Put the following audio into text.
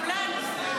כולנו.